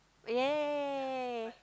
yeah yeah yeah yeah yeah yeah yeah yeah